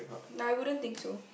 I won't think so